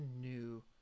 new